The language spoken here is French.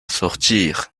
sortir